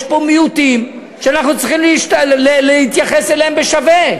יש פה מיעוטים שאנחנו צריכים להתייחס אליהם בשווה.